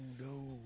no